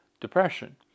depression